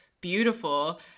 beautiful